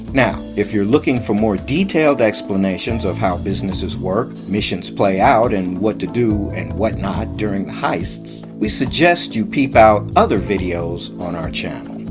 now if you're looking for more detailed explanations of how businesses work, missions play out and what to do and whatnot during the heists, we suggest you peep out other videos on our channel.